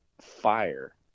fire